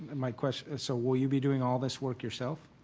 my question is, so will you be doing all this work yourself?